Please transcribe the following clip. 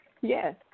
Yes